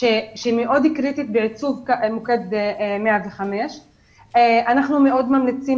שהיא מאוד קריטית בעיצוב מוקד 105. אנחנו מאוד ממליצים